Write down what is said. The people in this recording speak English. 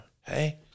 hey